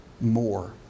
more